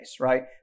right